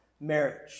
marriage